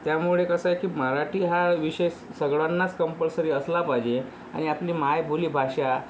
त्यामुळे कसं आहे की मराठी हा विषय सगळ्यांनाच कंपल्सरी असला पाहिजे आणि आपली मायबोली भाषा